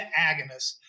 agonists